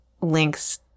links